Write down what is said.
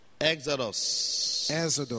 Exodus